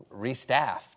restaffed